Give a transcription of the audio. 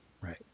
Right